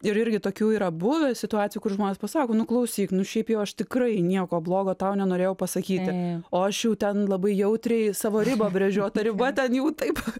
ir irgi tokių yra buvę situacijų kur žmonės pasako nu klausyk nu šiaip jau aš tikrai nieko blogo tau nenorėjau pasakyti o aš jau ten labai jautriai savo ribą brėžiu o ta riba ten jau taip